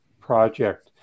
Project